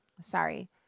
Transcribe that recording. sorry